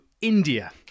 India